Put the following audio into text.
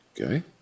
Okay